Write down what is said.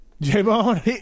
J-Bone